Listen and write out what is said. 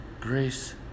Grace